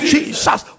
Jesus